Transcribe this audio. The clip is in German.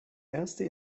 erste